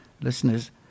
listeners